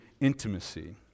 intimacy